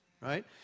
right